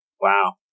Wow